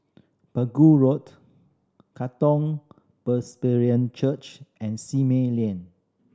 Pegu Road Katong Presbyterian Church and Simei Lane